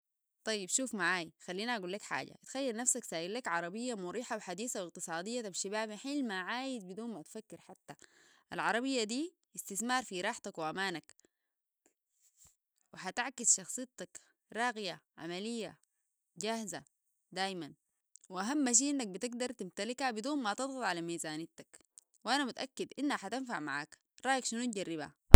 طيب شوف معاي خلينا أقولك حاجة تخيل نفسك سايلك عربية مريحة بحديثة واقتصادية تمشي بيها محل ما عايز بدون ما تفكر حتا العربية دي استثمار في راحتك وأمانك وحتعكس شخصيتك راقية عملية جاهزة دايما وأهم شيء أنك بتقدر تمتلكها بدون ما تضغط على ميزانتك وأنا متأكد أنها حتنفع معاك رايك شنو نجربها